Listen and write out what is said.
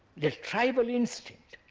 the tribal instinct